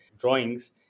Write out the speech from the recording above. drawings